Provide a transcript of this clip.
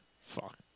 Fuck